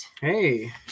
Hey